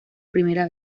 primera